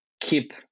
keep